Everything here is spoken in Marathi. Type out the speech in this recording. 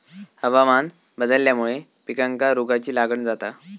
हवामान बदलल्यामुळे पिकांका रोगाची लागण जाता